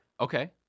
Okay